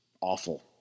awful